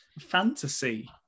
Fantasy